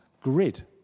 grid